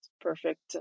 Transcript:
perfect